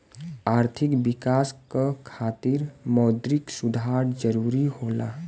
आर्थिक विकास क खातिर मौद्रिक सुधार जरुरी होला